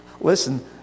Listen